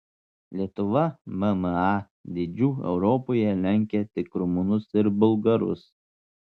lietuva mma dydžiu europoje lenkia tik rumunus ir bulgarus